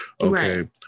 Okay